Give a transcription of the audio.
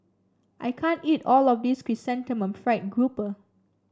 I can't eat all of this Chrysanthemum Fried Grouper